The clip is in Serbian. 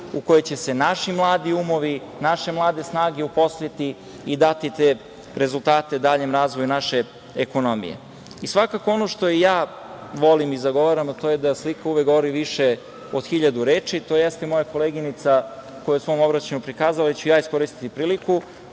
u kojoj će se naši mladi umovi, naše mlade snage uposliti i dati te rezultate u daljem razvoju naše ekonomije. Svakako ono što ja volim i zagovaram, a to je da slika uvek govori više od hiljadu reči, to jeste moja koleginica koja je u svom obraćanju prikazala, ali ću ja iskoristiti priliku.